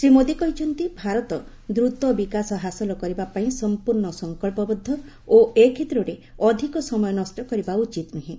ଶ୍ରୀ ମୋଦୀ କହିଛନ୍ତି ଭାରତ ଦ୍ରତ ବିକାଶ ହାସଲ କରିବା ପାଇଁ ସମ୍ପର୍ଣ୍ଣ ସଂକଳ୍ପବଦ୍ଧ ଓ ଏ କ୍ଷେତ୍ରରେ ଅଧିକ ସମୟ ନଷ୍ଟ କରିବା ଉଚିତ ନୁହେଁ